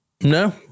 No